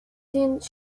scale